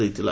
ଦେଇଥିଲା